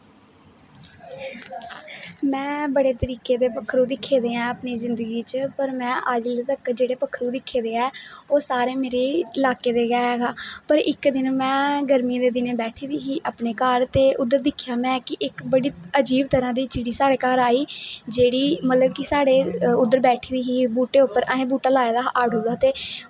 में बडे तरिके दे पक्खरु दिक्खे दे है अपनी जिंदगी च पर में अजतक जेहडे़ पक्खरु दिक्खे दे हें ओह सारे मेरे इलाके दे गै हैन पर इक दिन में गर्मियें दे दिनें च बेठी दी ही अपने घर ते उद्धर दिक्खेआ ते इक बड़ी अजीब तरह दी चिड़ी साढ़े घर आई जेहड़ी मतलब कि साढ़े उद्धर बेठी दी ही बूहटे उपर असें बूहटा लाए दा हा आडू दा ते